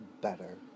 better